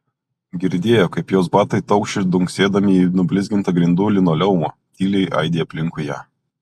girdėjo kaip jos batai taukši dunksėdami į nublizgintą grindų linoleumą tyliai aidi aplinkui ją